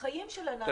החיים של הנהגים.